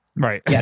Right